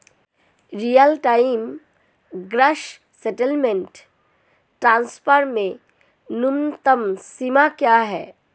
Real time gross settlement transfer में न्यूनतम सीमा क्या है?